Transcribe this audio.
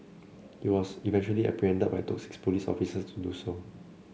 he was eventually apprehended but it took six police officers to do so